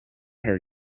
hurt